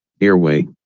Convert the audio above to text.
airway